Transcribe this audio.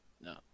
no